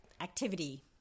activity